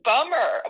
Bummer